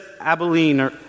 Abilene